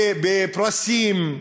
בפרסים.